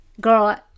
girl